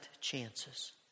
chances